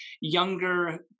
younger